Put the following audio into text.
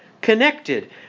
connected